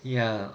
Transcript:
ya